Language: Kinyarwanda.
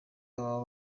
abo